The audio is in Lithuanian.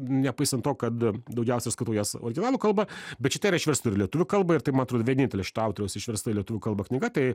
nepaisant to kad daugiausia aš skaitau jas originalo kalba bet šita yra išversta ir į lietuvių kalbą ir tai ma atrodo vienintelė šito autoriaus išversta į lietuvių kalba knyga tai